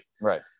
Right